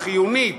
החיונית,